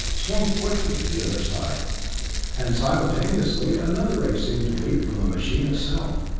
swung quickly to the other side and simultaneously another ray seemed to leap from the machine itself.